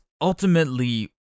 ultimately